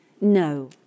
No